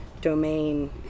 domain